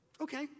Okay